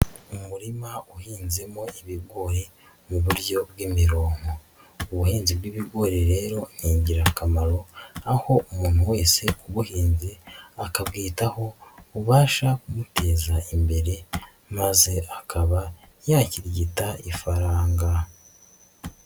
Umurima uhinze mo ibigori mu buryo bw'imironko, ubuhinzi bw'ibigori rero ni ingirakamaro aho umuntu wese ubuhinze akabwitaho bubasha kumuteza imbere maze akaba yakirigita ifaranga.